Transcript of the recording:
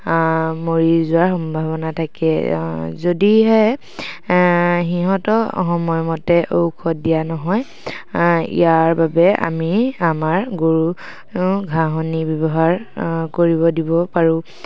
মৰি যোৱাৰ সম্ভাৱনা থাকে যদিহে সিহঁতক সময়মতে ঔষধ দিয়া নহয় ইয়াৰ বাবে আমি আমাৰ গৰু ঘাঁহনি ব্যৱহাৰ কৰিব দিব পাৰোঁ